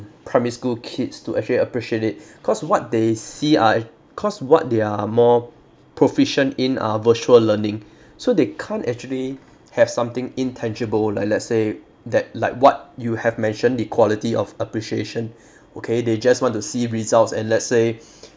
primary school kids to actually appreciate it cause what they see are cause what they are more proficient in are virtual learning so they can't actually have something intangible like let's say that like what you have mentioned the quality of appreciation okay they just want to see results and let's say